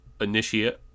Initiate